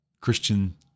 Christian